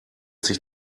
sich